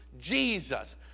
Jesus